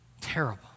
Terrible